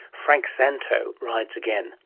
frank szanto rides again.